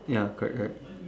ya correct correct